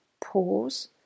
pause